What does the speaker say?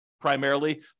primarily